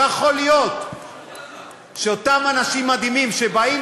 לא יכול להיות שאותם אנשים מדהימים שבאים